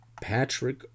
Patrick